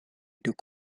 took